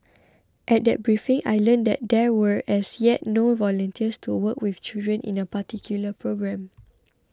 at that briefing I learnt that there were as yet no volunteers to work with children in a particular programme